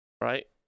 right